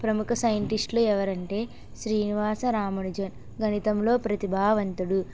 ప్రముఖ సైంటిస్ట్లు ఎవరంటే శ్రీనివాస రామునుజన్ గణితంలో ప్రతిభావంతుడు